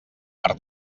per